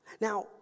Now